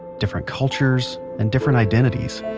different cultures, and different identities.